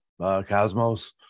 cosmos